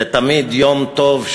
זה תמיד יום טוב,